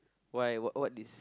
why what what this